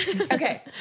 okay